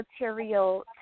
material